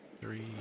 three